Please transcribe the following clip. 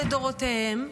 לדורותיהן,